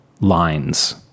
lines